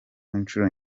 inshuro